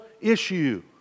issue